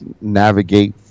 navigate